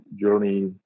journey